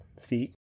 feet